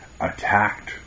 attacked